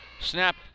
Snap